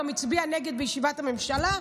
הוא גם הצביע נגד בישיבת הממשלה,